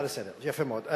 אדוני היושב-ראש, אוקיי.